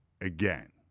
again